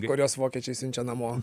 kuriuos vokiečiai siunčia namo